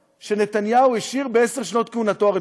שנתניהו השאיר בעשר שנות כהונתו הרצופות.